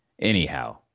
Anyhow